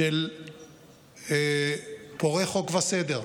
של פורעי חוק וסדר.